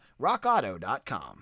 Rockauto.com